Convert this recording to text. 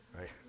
right